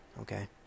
Okay